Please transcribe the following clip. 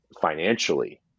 financially